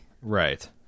Right